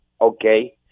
okay